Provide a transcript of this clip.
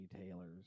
retailers